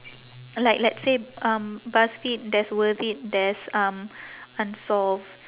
like let's say um buzzfeed there's worth it there's um unsolved